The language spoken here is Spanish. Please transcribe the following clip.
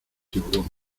tiburón